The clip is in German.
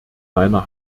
meiner